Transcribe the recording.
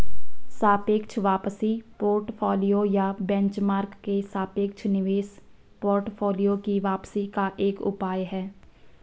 सापेक्ष वापसी पोर्टफोलियो या बेंचमार्क के सापेक्ष निवेश पोर्टफोलियो की वापसी का एक उपाय है